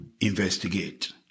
investigate